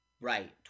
Right